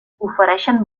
ofereixen